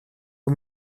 aux